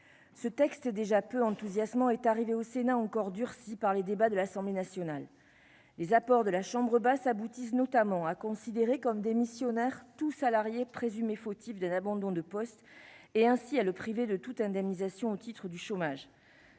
ce texte, déjà peu enthousiasmant est arrivée au Sénat encore durci par les débats de l'Assemblée nationale, les apports de la chambre basse aboutissent notamment à considéré comme démissionnaire tout salarié présumé fautif d'un abandon de poste et ainsi à le priver de toute indemnisation au titre du chômage